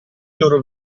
loro